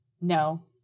no